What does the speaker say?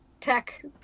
tech